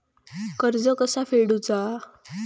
कर्ज कसा फेडुचा?